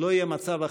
לא יהיה מצב אחר.